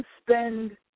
spend